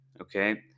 Okay